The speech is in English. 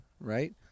right